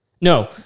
No